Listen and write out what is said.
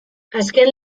azken